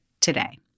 today